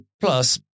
Plus